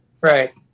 Right